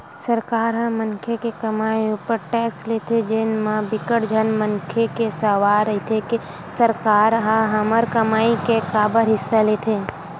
सरकार ह मनखे के कमई उपर टेक्स लेथे जेन म बिकट झन मनखे के सवाल रहिथे के सरकार ह हमर कमई के काबर हिस्सा लेथे